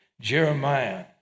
Jeremiah